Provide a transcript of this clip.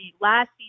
last